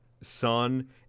son